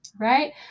Right